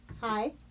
hi